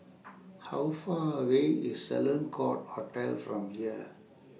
How Far away IS Sloane Court Hotel from here